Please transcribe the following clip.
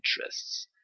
interests